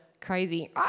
crazy